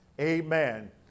Amen